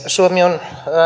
suomi on